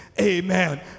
Amen